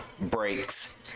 breaks